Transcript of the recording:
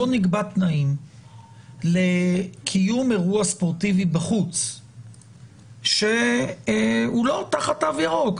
בואו נקבע תנאים לקיום אירוע ספורטיבי בחוץ שהוא לא תחת תו ירוק,